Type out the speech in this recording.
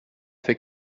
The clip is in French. fait